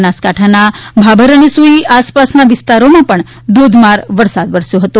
બનાસકાંઠાના ભાભર અને સુઈ આસપાસના વિસ્તારોમાં પણ ધોધમાર વરસાદ વરસ્યો છે